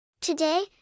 Today